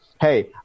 hey